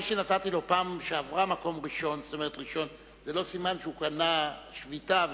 מי שנתתי לו בפעם שעברה מקום ראשון זה לא סימן שהוא קנה לו שביתה,